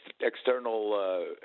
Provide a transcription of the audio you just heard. external